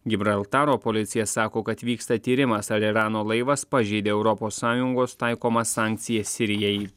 gibraltaro policija sako kad vyksta tyrimas ar irano laivas pažeidė europos sąjungos taikomas sankcijas sirijai